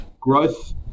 growth